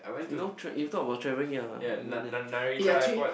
you know tra~ you talk about travelling ya I went there eh actually